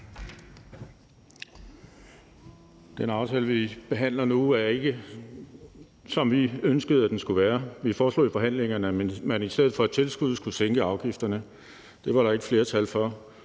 Den aftale, vi behandler nu, er ikke sådan, som vi ønskede den skulle være. Vi foreslog i forhandlingerne, at man i stedet for at give et tilskud skulle sænke afgifterne. Det var der ikke flertal for,